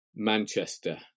Manchester